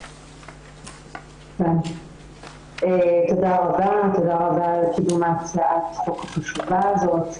תודה רבה על כינון הצעת החוק החשובה הזאת.